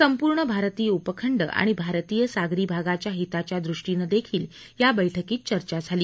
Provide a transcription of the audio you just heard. संपूर्ण भारतीय उपखंड आणि भारतीय सागरी भागाच्या हिताच्या दृष्टीनं देखील या बैठकीत चर्चा झाली